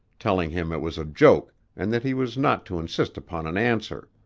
telling him it was a joke and that he was not to insist upon an answer.